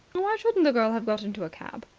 why shouldn't the girl have got into a cab?